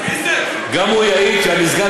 גם הוא יעיד שהמסגד